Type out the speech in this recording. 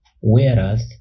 whereas